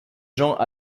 gens